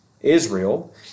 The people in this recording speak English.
Israel